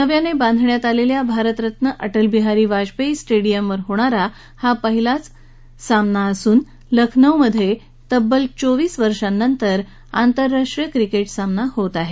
नव्यानं बांधण्यात आलेल्या भारतरत्न अटलबिहारी वाजपेयी स्टेडियमवर होणारा हा पहिलाच सामना असून लखनौ क्वं तब्बल चोवीस वर्षांनंतर आंतरराष्ट्रीय क्रिकेट सामना होत आहे